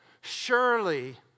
Surely